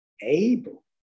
able